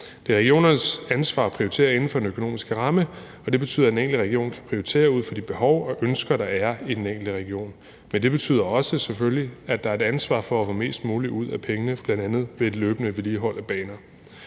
Det er regionernes ansvar at prioritere inden for den økonomiske ramme, og det betyder, at den enkelte region kan prioritere ud fra de behov og ønsker, der er i den enkelte region, men det betyder selvfølgelig også, at der er et ansvar for at få mest muligt ud af pengene, bl.a. ved et løbende vedligehold af banerne.